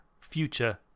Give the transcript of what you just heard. Future